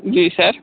जी sir